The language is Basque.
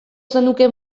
zenuke